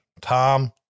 Tom